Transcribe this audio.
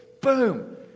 Boom